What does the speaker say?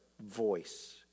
voice